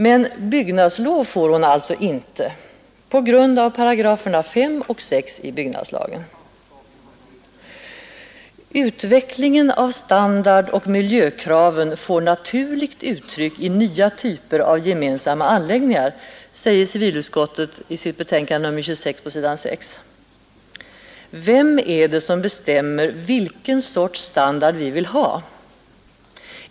Men byggnadslov får hon alltså inte på grund av §§ 5 och 6 i byggnadslagen. ”Utvecklingen av standardoch miljökraven får naturligt uttryck i nya typer av gemensamma anläggningar”, säger civilutskottet på s. 6 i sitt betänkande nr 26. Vem är det som bestämmer vilken sorts standard vi vill ha?